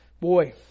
Boy